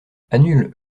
annule